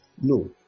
No